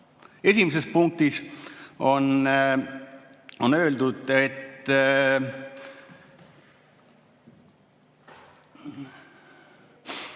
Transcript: Esimeses punktis on öeldud, et